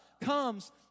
comes